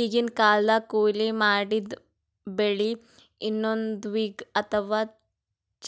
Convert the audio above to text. ಈಗಿನ್ ಕಾಲ್ದಗ್ ಕೊಯ್ಲಿ ಮಾಡಿದ್ದ್ ಬೆಳಿ ವಿನ್ನೋವಿಂಗ್ ಅಥವಾ